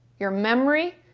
you're memory,